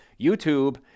YouTube